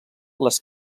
les